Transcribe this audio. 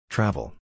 Travel